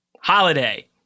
Holiday